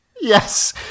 Yes